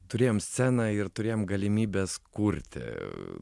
turėjom sceną ir turėjom galimybes kurti